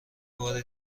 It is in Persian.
بار